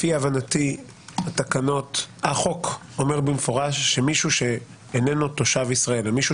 לפי הבנתי החוק אומר במפורש שמישהו שאיננו תושב ישראל ומישהו